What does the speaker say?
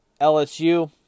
LSU